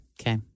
Okay